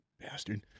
bastard